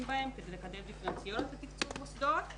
בהם כדי לקדם דיפרנציות לתקצוב מוסדות